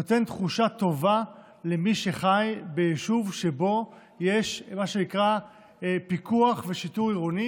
נותן תחושה טובה למי שחי ביישוב שבו יש מה שנקרא פיקוח ושיטור עירוני.